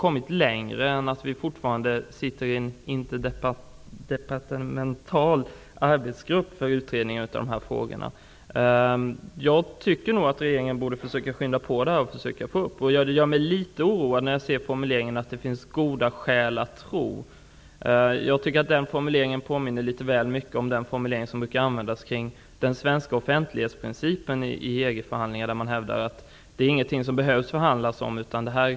Det sitter fortfarande en interdepartemental grupp för att utreda dessa frågor. Jag tycker nog att regeringen borde försöka att skynda på det hela. Formuleringen ''det finns goda skäl att tro'' gör mig litet oroad. Denna formulering påminner om den formulering som i samband med EG-förhandlingar brukar användas kring den svenska offentlighetsprincipen. Man brukar hävda att det inte behövs några förhandlingar om offentlighetsprincipen.